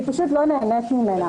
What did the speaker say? היא לא נהנית ממנה.